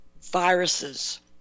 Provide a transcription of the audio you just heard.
viruses